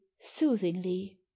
soothingly